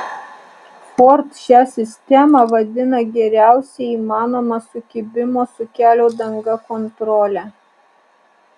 ford šią sistemą vadina geriausia įmanoma sukibimo su kelio danga kontrole